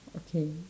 okay